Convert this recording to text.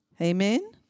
Amen